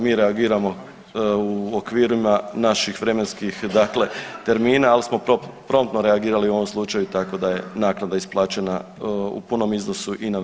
Mi reagiramo u okvirima naših vremenskih termina, ali smo promptno reagirali u ovom slučaju tako da je naknada isplaćena u punom iznosu i na vrijeme.